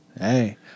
Hey